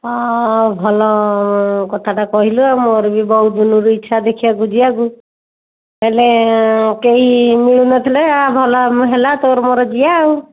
ହଁ ଭଲ କଥାଟା କହିଲୁ ଆଉ ମୋର ବି ବହୁତ ଦିନରୁ ଇଚ୍ଛା ଦେଖିବାକୁ ଯିବାକୁ ହେଲେ କେହି ମିଳୁନଥିଲେ ଭଲ ଆମର ହେଲା ତୋର ମୋର ଯିବା ଆଉ